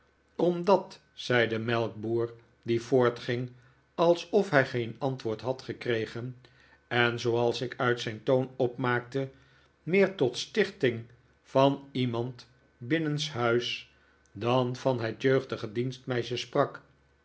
omdat zei de melkboer die voortging alsof hij geen antwoord had gekregen en zooals ik uit zijn toon opmaakte meer tot stichting van iemand binnenshuis dan van het jeugdige dienstmeisje sprak